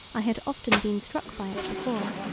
i had often been struck by it before.